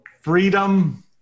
freedom